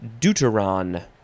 deuteron